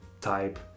type